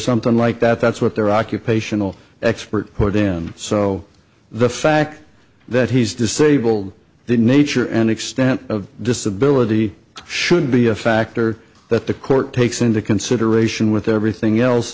something like that that's what their occupational expert put in so the fact that he's disabled the nature and extent of disability should be a factor that the court takes into consideration with everything else